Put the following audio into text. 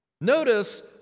Notice